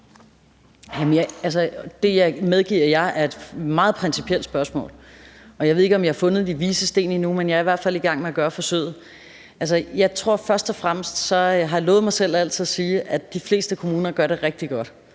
Det medgiver jeg er et meget principielt spørgsmål, og jeg ved ikke, om jeg har fundet de vises sten endnu, men jeg er hvert fald i gang med at gøre forsøget. Altså, først og fremmest har jeg lovet mig selv altid at sige, at de fleste kommuner gør det rigtig godt,